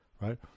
right